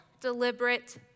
deliberate